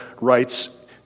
writes